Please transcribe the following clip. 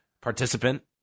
participant